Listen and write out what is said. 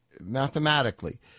mathematically